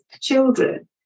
children